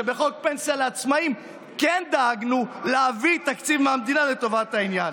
שבחוק פנסיה לעצמאים כן דאגנו להביא תקציב מהמדינה לטובת העניין.